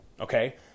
okay